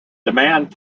demand